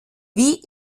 wie